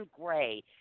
gray